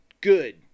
good